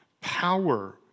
power